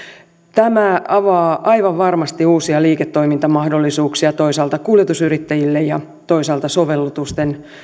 tämä avaa aivan varmasti uusia liiketoimintamahdollisuuksia toisaalta kuljetusyrittäjille ja toisaalta sovellusten